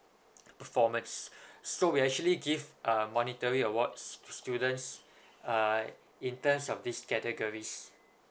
performance so we actually give uh monetary awards to students uh in terms of these categories